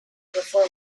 perform